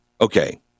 Okay